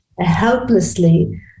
helplessly